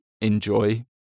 enjoy